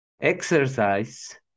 Exercise